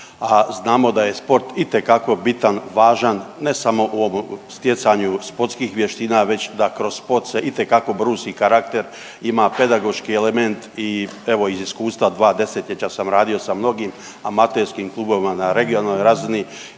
znamo da je sport itekako bitan, važan, ne samo u stjecanju sportskih vještina već da kroz sport se itekako brusi karakter, ima pedagoški element i evo, iz iskustva, dva desetljeća sam radio sa mnogim amaterskim klubovima na regionalnoj razini